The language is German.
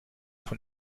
von